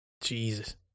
Jesus